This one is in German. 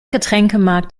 getränkemarkt